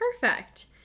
Perfect